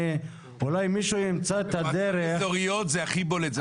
אולי מישהו ימצא את הדרך --- במועצות אזוריות זה הכי בולט.